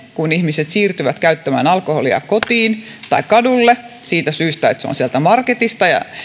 kun ihmiset siirtyvät käyttämään alkoholia kotiin tai kadulle siitä syystä että se on sieltä marketista ja